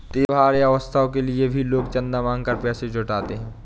त्योहार या उत्सव के लिए भी लोग चंदा मांग कर पैसा जुटाते हैं